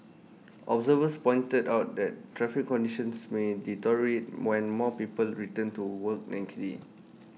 observers pointed out that traffic conditions may deteriorate when more people return to work next day